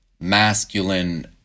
masculine